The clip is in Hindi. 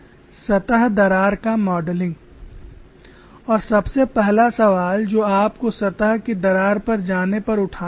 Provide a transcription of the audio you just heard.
सतह दरार का मॉडलिंग और सबसे पहला सवाल जो आपको सतह की दरार पर जाने पर उठाना होगा